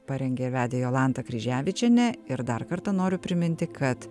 parengė vedė jolanta kryževičienė ir dar kartą noriu priminti kad